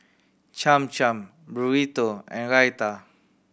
Cham Cham Burrito and Raita